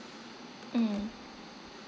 mm